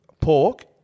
pork